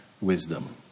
wisdom